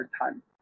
time